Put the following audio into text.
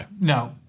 No